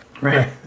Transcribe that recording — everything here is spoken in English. Right